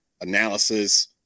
analysis